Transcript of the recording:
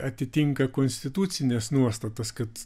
atitinka konstitucines nuostatas kad